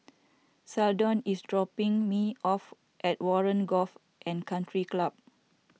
Seldon is dropping me off at Warren Golf and Country Club